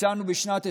ביצענו בשנת 2022,